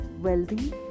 wealthy